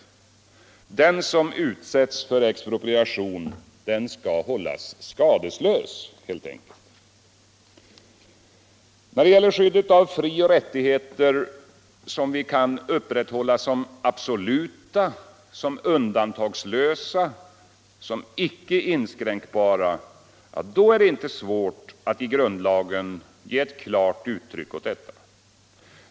Den som utsätts för expropriation skall hållas skadeslös, helt enkelt. Det är inte svårt att i grundlag ge klart uttryck åt hur skyddet skall upprätthållas av de frioch rättigheter som vi kan anse som absoluta, undantagslösa, icke inskränkbara.